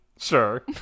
Sure